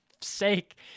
sake